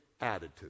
attitude